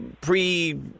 pre